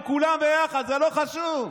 על כולם ביחד, זה לא חשוב.